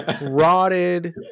rotted